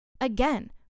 Again